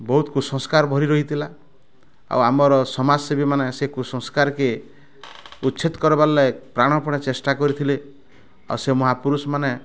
ବହୁତ୍ କୁସଂସ୍କାର୍ ଭରି ରହିଥିଲା ଆଉ ଆମର୍ ସମାଜ୍ ସେବୀମାନେ ସେ କୁସଂସ୍କାର୍ କେ ଉଚ୍ଛେଦ୍ କରବାର୍ ଲାଗି ପ୍ରାଣପଣେ ଚେଷ୍ଟା କରିଥିଲେ ଆଉ ସେ ମହାପୁରୁଷ ମାନେ